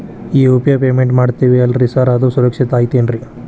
ಈ UPI payment ಮಾಡ್ತೇವಿ ಅಲ್ರಿ ಸಾರ್ ಅದು ಸುರಕ್ಷಿತ್ ಐತ್ ಏನ್ರಿ?